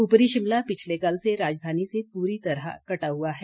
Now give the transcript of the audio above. ऊपरी शिमला पिछले कल से राजधानी से पूरी तरह कटा हुआ है